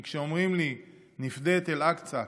כי כשאומרים לי "נפדה את אל-אקצא",